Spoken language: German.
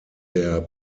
der